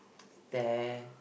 there